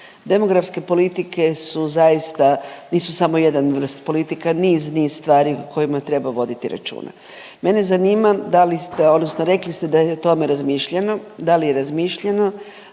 demografske politike su zaista nisu samo jedan vrst politika, niz, niz stvari o kojima treba voditi računa. Mene zanima da li odnosno rekli ste da je o tome razmišljeno, da li je razmišljeno,